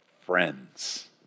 friends